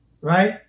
right